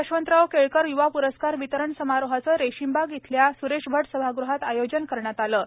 यशवंतराव केळकर य्वा प्रस्कार वितरण समारोहाचे रेशीमबाग येथील स्रेश भट सभाग़हात आयोजन करण्यात आले होते